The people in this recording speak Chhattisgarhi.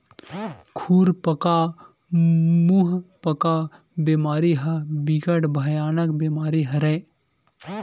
खुरपका मुंहपका बेमारी ह बिकट भयानक बेमारी हरय